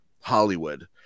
Hollywood